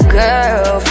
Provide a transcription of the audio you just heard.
girl